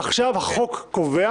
עכשיו החוק קובע